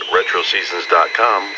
RetroSeasons.com